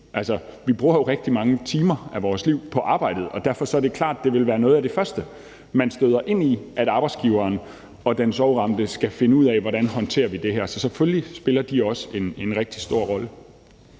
Men vi bruger jo rigtig mange timer af vores liv på arbejdet, og derfor er det klart, at noget af det første, man vil støde ind i, er, at arbejdsgiveren og den sorgramte skal finde ud af, hvordan man håndterer det her. Så selvfølgelig spiller de også en rigtig stor rolle.